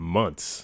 months